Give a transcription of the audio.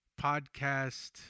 podcast